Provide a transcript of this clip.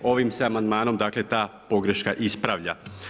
Ovim se amandmanom, dakle, ta pogreška ispravlja.